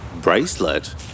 Bracelet